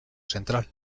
central